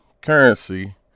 currency